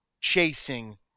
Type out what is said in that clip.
chasing